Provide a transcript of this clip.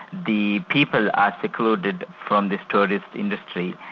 the people are secluded from this tourist industry.